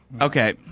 Okay